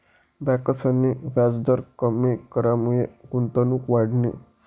ब्यांकसनी व्याजदर कमी करामुये गुंतवणूक वाढनी